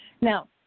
Now